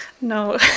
no